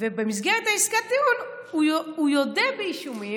ובמסגרת עסקת הטיעון הוא יודה באישומים.